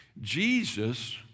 Jesus